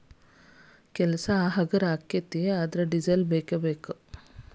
ಕೆಲಸಾ ಹಗರ ಅಕ್ಕತಿ ಆದರ ಡಿಸೆಲ್ ಬೇಕ ಬೇಕು